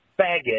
faggot